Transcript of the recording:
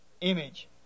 image